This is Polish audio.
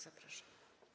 Zapraszam.